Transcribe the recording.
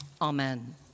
Amen